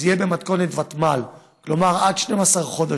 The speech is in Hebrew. זה יהיה במתכונת ותמ"ל, כלומר עד 12 חודשים.